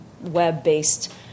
web-based